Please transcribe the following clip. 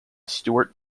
stuart